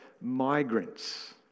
migrants